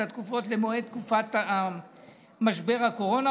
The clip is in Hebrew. התקופות למועדי תקופת משבר הקורונה,